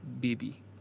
baby